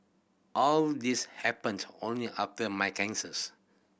all these happened only after my cancers